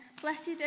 Blessed